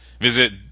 Visit